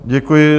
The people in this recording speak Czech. Děkuji.